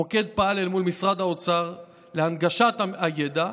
המוקד פעל אל מול משרד האוצר להנגשת הידע,